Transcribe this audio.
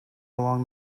along